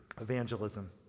Evangelism